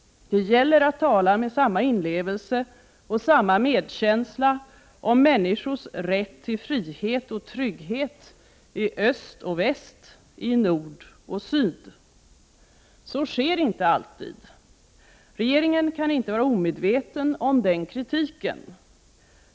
Det gäller att tala med samma inlevelse och samma medkänsla om människors rätt till frihet och trygghet i öst och väst, i nord och syd. Så sker inte alltid. Regeringen kan inte vara omedveten om den kritiken.